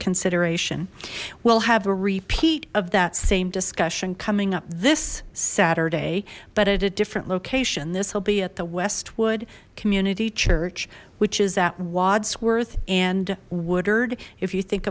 consideration we'll have a repeat of that same discussion coming up this saturday but at a different location this will be at the westwood community church which is that wodsworth and woodard if you think